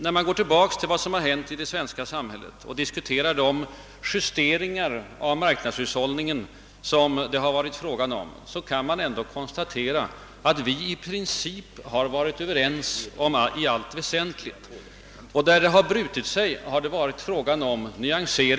När man går tillbaka till vad som tidigare hänt i det svenska samhället och diskuterar de justeringar av marknadshushållningen som vidtagits, kan man konstatera, att vi i princip varit överens i allt väsentligt. Då åsikterna brutit sig har det ofta varit fråga om nyanser.